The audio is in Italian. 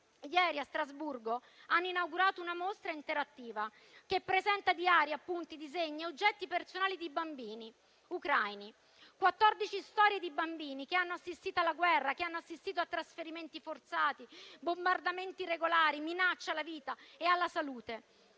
Ieri, a Strasburgo, hanno inaugurato una mostra interattiva che presenta diari, appunti, disegni e oggetti personali di bambini ucraini: quattordici storie di bambini che hanno assistito alla guerra, a trasferimenti forzati, bombardamenti irregolari, minacce alla vita e alla salute,